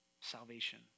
salvation